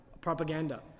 propaganda